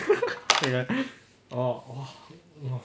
okay like orh